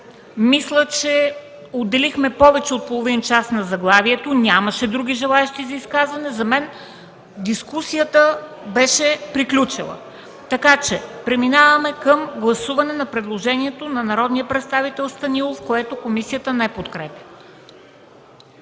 Мисля, че отделихме повече от половин час на заглавието и нямаше други желаещи за изказване. За мен дискусията беше приключена. Преминаваме към гласуване на предложението на народния представител Станилов, което комисията не подкрепя.